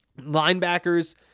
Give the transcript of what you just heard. Linebackers